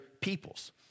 peoples